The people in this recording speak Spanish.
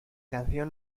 canción